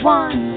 one